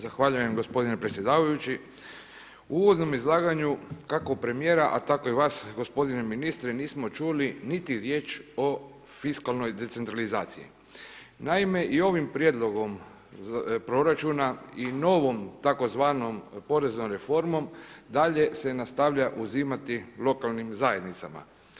Zahvaljujem gospodine predsjedavajući, u uvodom izlaganju kako premijera a tako i vas gospodine ministre nismo čuli niti riječ o fiskalnoj decentralizaciji, naime i ovim prijedlogom proračuna i novom tzv. poreznom reformom dalje se nastavlja uzimati lokalnim zajednicama.